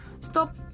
stop